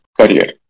career